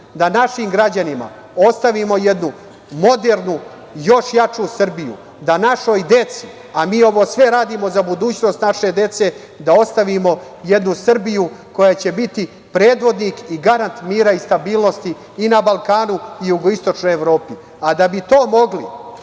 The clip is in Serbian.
da našim građanima ostavimo jednu modernu, još jaču Srbiju, da našoj deci, a mi sve ovo radimo za budućnost naše dece, ostavimo jednu Srbiju koja će biti predvodnik i garant mira i stabilnosti i na Balkanu i u jugoistočnoj Evropi. Da bi to mogli